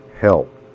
help